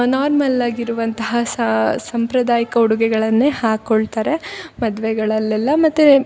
normal ಆಗಿರುವಂತಹ ಸಾಂಪ್ರದಾಯಿಕ ಉಡುಗೆಗಳನ್ನೇ ಹಾಕೊಳ್ತಾರೆ ಮದುವೆಗಳಲ್ಲೆಲ್ಲ ಮತ್ತು